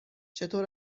چطور